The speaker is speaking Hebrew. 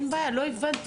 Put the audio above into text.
לא הבנו